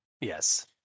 Yes